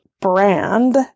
brand